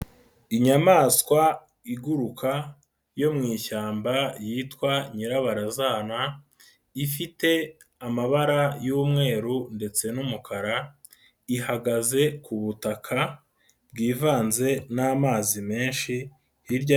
Inyamaswa iguruka yo mu ishyamba yitwa nyirabarazana, ifite amabara y'umweru ndetse n'umukara, ihagaze ku butaka bwivanze n'amazi menshi hirya.